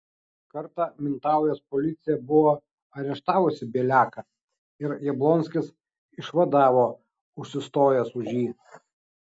kartą mintaujos policija buvo areštavusi bieliaką ir jablonskis išvadavo užsistojęs už jį